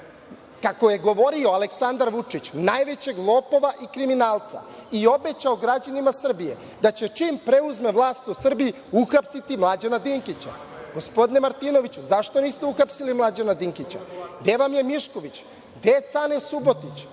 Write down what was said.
kako je govorio Aleksandar Vučić, najvećeg lopova i kriminalca, i obećao građanima Srbije da će čim preuzme vlast u Srbiji uhapsiti Mlađana Dinkića. Gospodine Martinoviću, zašto niste uhapsili Mlađana Dinkića? Gde vam je Mišković, gde je Cane Subotić?